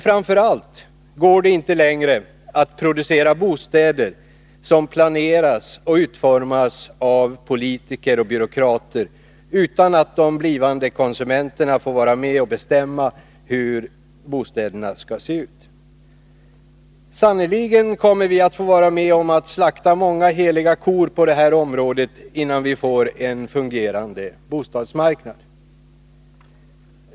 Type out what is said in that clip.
Framför allt går det inte längre att producera bostäder, som planeras och utformas av politiker och byråkrater utan att de blivande konsumenterna får vara med och bestämma hur bostäderna skall se ut. Sannolikt kommer vi att få vara med om att slakta många heliga kor på detta område, innan vi får en fungerande bostadsmarknad.